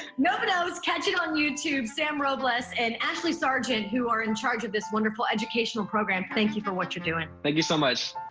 nova knows, catch it on youtube. sam robles and ashley sergeant who are in charge of this wonderful educational program, thank you for what you are doing. thank you so much.